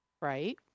Right